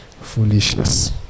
foolishness